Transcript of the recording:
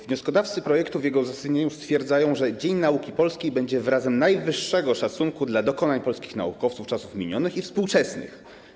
Wnioskodawcy projektu w jego uzasadnieniu stwierdzają, że Dzień Nauki Polskiej będzie wyrazem najwyższego szacunku dla dokonań polskich naukowców czasów minionych i współczesnych.